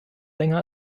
länger